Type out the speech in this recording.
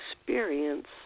experience